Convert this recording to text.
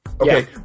Okay